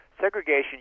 segregation